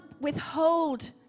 withhold